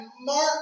mark